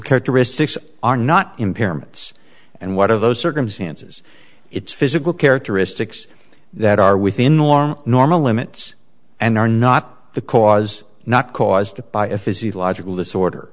characteristics are not impairments and what of those circumstances it's physical characteristics that are within normal normal limits and are not the cause not caused by a physiological disorder